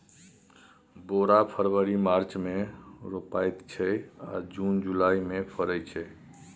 बोरा फरबरी मार्च मे रोपाइत छै आ जुन जुलाई मे फरय छै